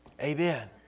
Amen